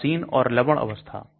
तटस्थ या लवण अवस्था